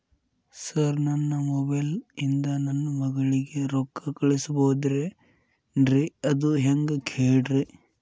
sir ನನ್ನ mobile ಇಂದ ನನ್ನ ಮಗಳಿಗೆ ರೊಕ್ಕಾ ಕಳಿಸಬಹುದೇನ್ರಿ ಅದು ಹೆಂಗ್ ಹೇಳ್ರಿ